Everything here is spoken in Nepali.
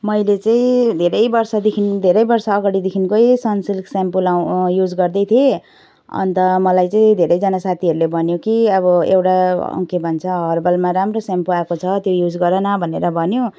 मैले चाहि धेरै वर्षदेखि धेरै वर्ष अगाडिदेखिकै सनसिल्क स्याम्पू लगाउनु युज गर्दैथेँ अन्त मलाई चाहिँ धेरैजना साथीहरूले भन्यो कि अब एउटा के भन्छ हर्बलमा राम्रो स्याम्पू आएको छ त्यो युज गर न भनेर भन्यो